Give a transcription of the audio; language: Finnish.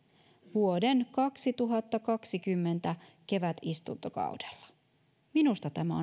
vuoden kaksituhattakaksikymmentä kevätistuntokaudella minusta tämä